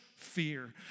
Fear